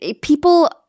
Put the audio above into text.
People